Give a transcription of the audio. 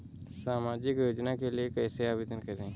सामाजिक योजना के लिए कैसे आवेदन करें?